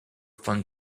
fun